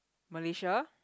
Malaysia